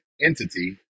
entity